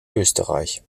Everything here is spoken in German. österreich